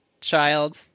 child